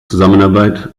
zusammenarbeit